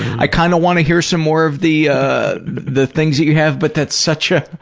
i kind of want to hear some more of the the things that you have, but that's such a,